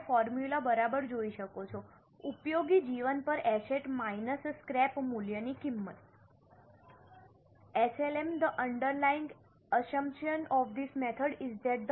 તમે ફોર્મ્યુલા બરાબર જોઈ શકો છો ઉપયોગી જીવન પર એસેટ માઈનસ સ્ક્રેપ મૂલ્યની કિંમત